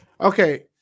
okay